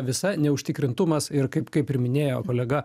visa neužtikrintumas ir kaip kaip ir minėjo kolega